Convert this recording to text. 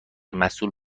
مسول